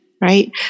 right